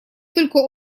только